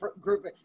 Group